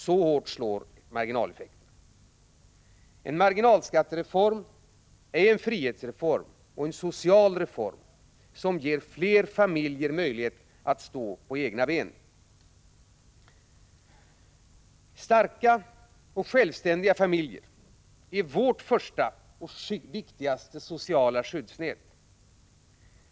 Så hårt slår marginaleffekterna. En marginal skattereform är en frihetsreform och en social reform som ger fler familjer möjlighet att stå på egna ben. Starka och självständiga familjer är vårt första och viktigaste sociala skyddsnät.